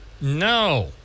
no